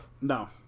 No